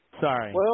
Sorry